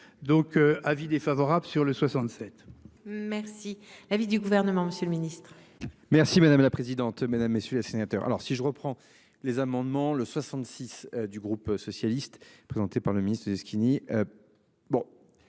donc avis défavorable sur le 67. Merci l'avis du gouvernement, Monsieur le Ministre. Merci madame la présidente, mesdames messieurs les signataires. Alors si je reprends les amendements le 66 du groupe socialiste présenté par le ministre, est